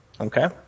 Okay